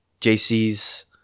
JC's